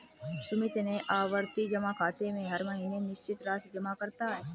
सुमित अपने आवर्ती जमा खाते में हर महीने निश्चित राशि जमा करता है